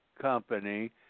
company